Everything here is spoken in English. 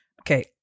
Okay